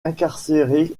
incarcéré